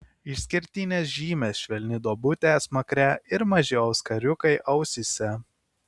išskirtinės žymės švelni duobutė smakre ir maži auskariukai ausyse